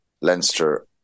Leinster